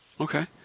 Okay